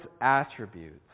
attributes